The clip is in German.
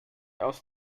aus